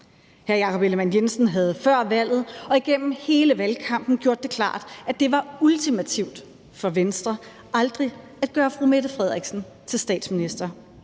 Hr. Jakob Ellemann-Jensen havde før valget og gennem hele valgkampen gjort det klart, at det var ultimativt for Venstre aldrig at gøre fru Mette Frederiksen til statsminister.